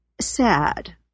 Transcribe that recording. sad